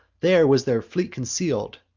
there was their fleet conceal'd.